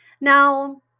Now